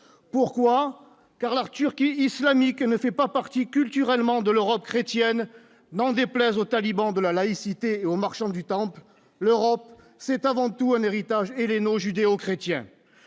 pourquoi car la Turquie islamique ne fait pas partie culturellement de l'Europe chrétienne, n'en déplaise aux talibans de la laïcité aux marchands du temple, l'Europe, c'est avant tout un héritage et les non-judéo-chrétien,